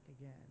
again